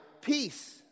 peace